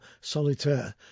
Solitaire